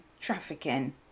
Trafficking